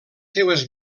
seues